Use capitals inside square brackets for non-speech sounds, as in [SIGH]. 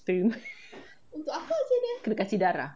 experiment [LAUGHS] kena kasi darah